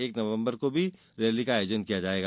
एक नवंबर को भी रैली का आयोजन किया जायेगा